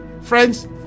friends